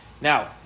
now